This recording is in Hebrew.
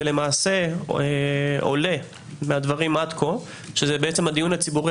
ולמעשה עולה מהדברים עד כה שזה הדיון הציבורי